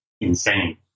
insane